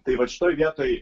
tai vat šitoj vietoj